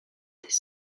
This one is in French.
des